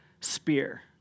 spear